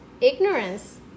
ignorance